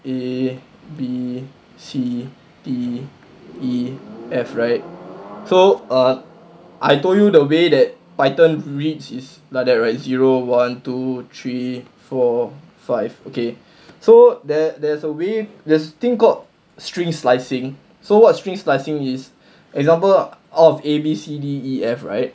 A B C D E F right so uh I told you the way that python reads is like that right zero one two three four five okay so there there's a way there's a thing called string slicing so what string slicing is example out of A B C D E F right